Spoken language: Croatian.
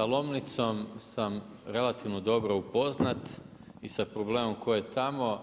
Sa Lomnicom sam relativno dobro upoznat i sa problemom koji je tamo,